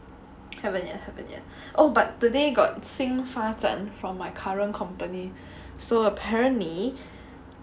haven't yet haven't yet oh but today got 新发展 from my current company so apparently